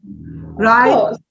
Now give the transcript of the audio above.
right